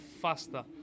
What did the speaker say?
faster